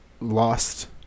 Lost